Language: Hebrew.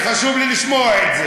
חשוב לי לשמוע את זה.